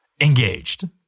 engaged